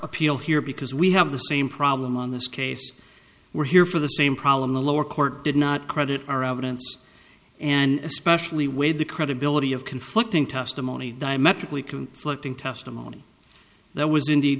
appeal here because we have the same problem on this case we're here for the same problem the lower court did not credit our evidence and especially with the credibility of conflicting testimony diametrically conflicting testimony that was indeed